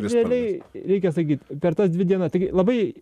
realiai reikia sakyti per tas dvi dienas taigi labai